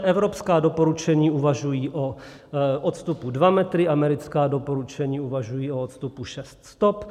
Evropská doporučení uvažují o odstupu dva metry, americká doporučení uvažují o odstupu šest stop.